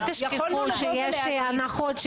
אל תשכחו שיש הנחות של בתי חולים.